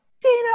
Dana